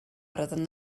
roedd